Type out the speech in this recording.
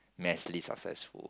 massively successful